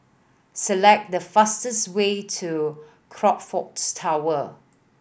select the fastest way to Crockfords Tower